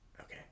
Okay